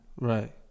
Right